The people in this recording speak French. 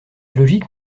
logique